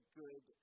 good